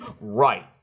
right